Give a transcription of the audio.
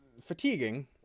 fatiguing